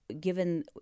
given